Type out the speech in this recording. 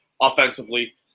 offensively